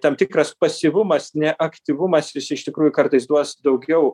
tam tikras pasyvumas neaktyvumas jis iš tikrųjų kartais duos daugiau